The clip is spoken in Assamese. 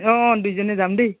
অ দুয়োজনী যাম দেই